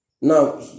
Now